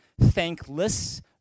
thankless